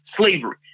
slavery